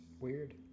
Weird